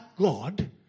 God